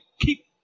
keep